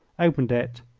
opened it,